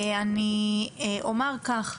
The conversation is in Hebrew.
אני אומר כך,